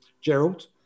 gerald